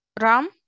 Ram